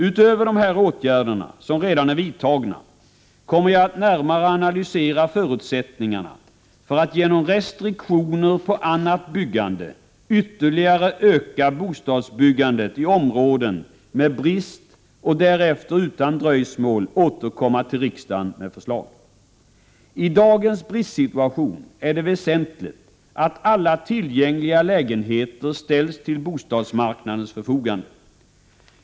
Utöver dessa åtgärder som redan är vidtagna kommer jag att närmare analysera förutsättningarna för att genom restriktioner på annat byggande ytterligare öka bostadsbyggandet i områden med brist och därefter utan dröjsmål återkomma till riksdagen med förslag. I dagens bristsituation är det väsentligt att alla tillgängliga lägenheter ställs till bostadsmarknadens förfogande.